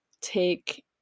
take